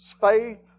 faith